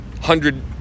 hundred